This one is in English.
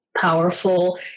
powerful